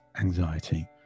anxiety